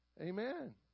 Amen